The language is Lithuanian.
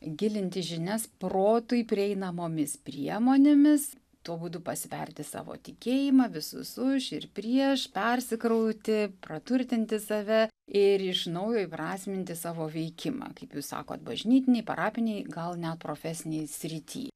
gilinti žinias protui prieinamomis priemonėmis tuo būdu pasverti savo tikėjimą visus už ir prieš persikrauti praturtinti save ir iš naujo įprasminti savo veikimą kaip jūs sakot bažnytinėj parapinėj gal net profesinėj srity